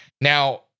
Now